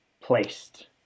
placed